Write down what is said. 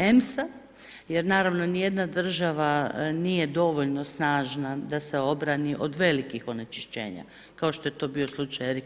EMS-a jer naravno ni jedna država nije dovoljno snažna da se obrani od velikih onečišćenja, kao što je to bio slučaj …